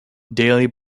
daily